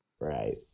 Right